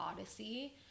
Odyssey